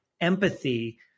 empathy